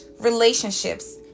relationships